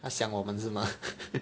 他想我们是吗